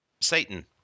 Satan